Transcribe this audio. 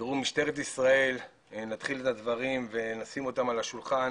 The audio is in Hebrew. תראו, משטרת ישראל נשים את הדברים על השולחן